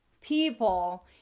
people